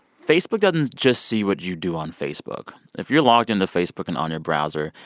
facebook doesn't just see what you do on facebook. if you're logged into facebook and on your browser,